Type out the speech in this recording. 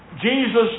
Jesus